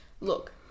Look